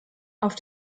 auf